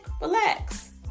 relax